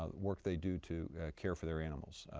ah work they do to care for their animals.